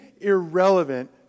irrelevant